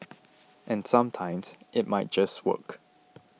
and sometimes it might just work